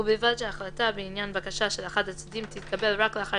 ובלבד שהחלטה בעניין בקשה של אחד הצדדים תתקבל רק לאחר